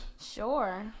Sure